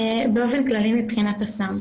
באופן כללי מבחינת הסם,